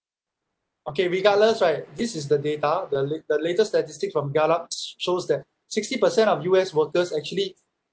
okay regardless right this is the data the la~ the latest statistic from shows that sixty percent of U_S workers actually